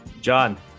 John